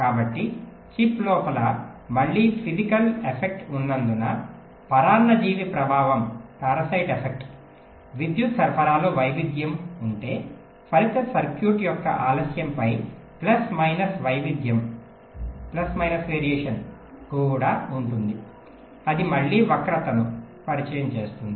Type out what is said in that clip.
కాబట్టి చిప్ లోపల మళ్ళీ ఫీజికల్ ఎఫెక్ట్ ఉన్నందున పరాన్నజీవి ప్రభావం విద్యుత్ సరఫరాలో వైవిధ్యం ఉంటే ఫలిత సర్క్యూట్ యొక్క ఆలస్యంలో ప్లస్ మైనస్ వైవిధ్యం కూడా ఉంటుంది అది మళ్లీ వక్రతను పరిచయం చేస్తుంది